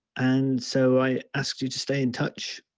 and so i asked you to stay in touch,